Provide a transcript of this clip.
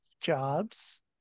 jobs